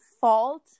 fault